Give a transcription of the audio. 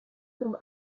tombe